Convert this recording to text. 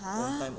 !huh!